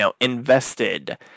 invested